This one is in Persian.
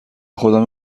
خدا